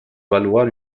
valoir